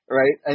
right